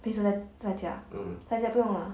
平时在在家啊在家不用啦